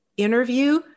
interview